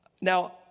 Now